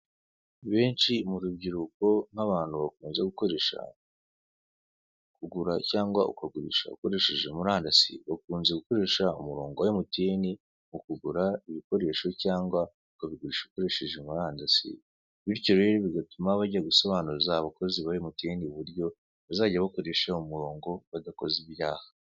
Benshi murubyiruko nk'abantu bakunze gukoresha, kugura cyangwa ukagurisha ukoresheje murandasi, bakunze gukoresha umurongi wa MTN, mukugura ibikoresho cyangwa ukabigurisha ukoresheje murandasi, bityo rero bigatuma bajya gusobanuza abakozi ba MTN uburyo bazajya bakoresha uwo murongo badakoze ibyaha.